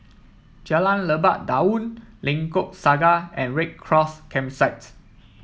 Jalan Lebat Daun Lengkok Saga and Red Cross Campsite